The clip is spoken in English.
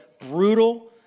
brutal